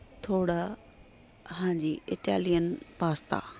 ਥੋੜ੍ਹਾ ਹਾਂਜੀ Italian pasta